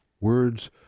words